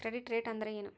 Credit rate ಅಂದರೆ ಏನು?